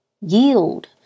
Yield